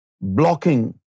blocking